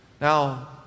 Now